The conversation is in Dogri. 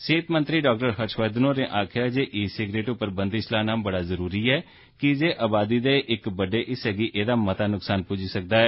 सेहत मंत्री डॉ हर्षवर्धन होरें आक्खेआ जे ई सिगरेट उप्पर बंदश लाना बड़ा जरूरी ऐ कीजे आवादी दे बड्डे हिस्सें गी एह्दा नुक्सान पुज्जी सकदा ऐ